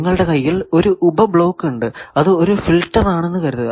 നിങ്ങളുടെ കയ്യിൽ ഒരു ഉപ ബ്ലോക്ക് ഉണ്ട് അത് ഒരു ഫിൽറ്റർ ആണെന്ന് കരുതുക